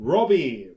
Robbie